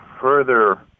further